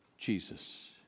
Jesus